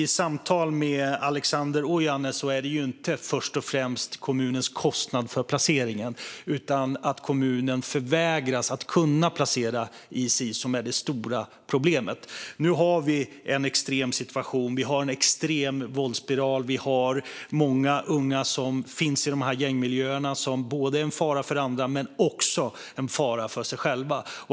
Enligt Alexander Ojanne är det stora problemet inte först och främst kommunens kostnad för placeringen utan att kommunen förvägras att placera i Sis. Nu har vi en extrem situation med en extrem våldsspiral, och vi har många unga i gängmiljöer som är en fara både för andra och för sig själva.